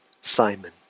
Simon